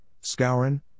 Scourin